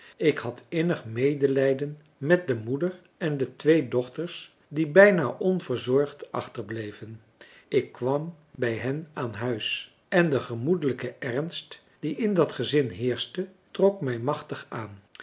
ik had innig medelijden met de moeder en de twee dochters die bijna onverzorgd achterbleven ik kwam bij hen aan huis en de gemoedelijke ernst die in dat gezin heerschte trok mij machtig aan